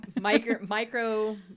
Micro